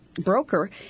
Broker